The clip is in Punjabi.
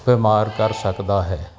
ਬਿਮਾਰ ਕਰ ਸਕਦਾ ਹੈ